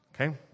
Okay